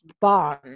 barn